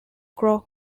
croix